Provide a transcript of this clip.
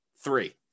three